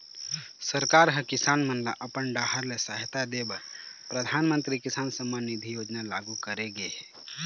सरकार ह किसान मन ल अपन डाहर ले सहायता दे बर परधानमंतरी किसान सम्मान निधि योजना लागू करे गे हे